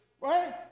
Right